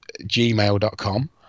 gmail.com